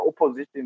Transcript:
opposition